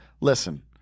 Listen